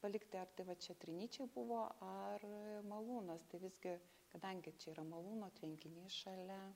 palikti ar tai va čia trinyčiai buvo ar malūnas tai visgi kadangi čia yra malūno tvenkinys šalia